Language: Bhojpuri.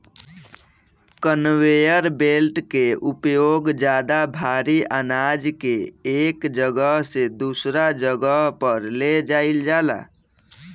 कन्वेयर बेल्ट के उपयोग ज्यादा भारी आनाज के एक जगह से दूसरा जगह पर ले जाईल जाला